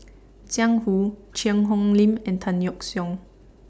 Jiang Hu Cheang Hong Lim and Tan Yeok Seong